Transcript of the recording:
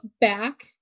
back